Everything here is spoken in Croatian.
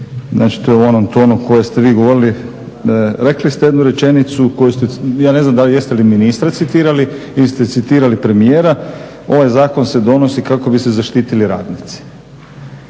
Znači to je u onom tonu o kojem ste vi govorili. Rekli ste jednu rečenicu koju ste, ja ne znam da li, jeste li ministra citirali ili ste citirali premijera, ovaj zakon se donosi kako bi se zaštitili radnici.